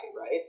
right